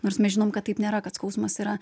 nors mes žinom kad taip nėra kad skausmas yra